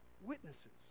witnesses